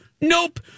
Nope